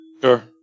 Sure